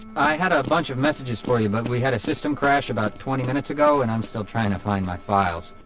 i had a bunch of messages for you, but we had a system crash about twenty minutes ago and i'm still trying to find my files.